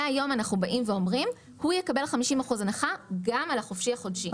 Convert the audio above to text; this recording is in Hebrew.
מהיום אנחנו אומרים שהוא יקבל 50% הנחה גם על החופשי החודשי.